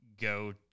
go